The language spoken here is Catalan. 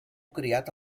criat